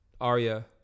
Arya